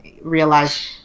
realize